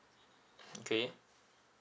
okay